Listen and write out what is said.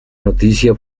noticia